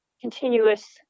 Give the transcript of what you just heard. continuous